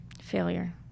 failure